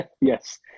yes